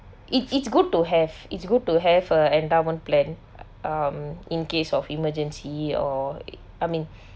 it's it's good to have it's good to have a endowment plan um in case of emergency or I mean